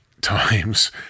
times